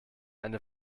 eine